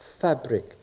fabric